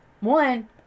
One